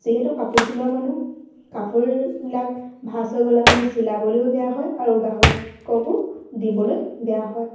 যিহেতু কাপোৰ চিলোৱা মানুহ কাপোৰবিলাক ভাজ হৈ গ'লে মানে চিলাবলৈও বেয়া হয় আৰু গ্ৰাহককো দিবলৈ বেয়া হয়